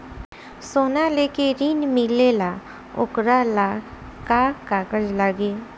सोना लेके ऋण मिलेला वोकरा ला का कागज लागी?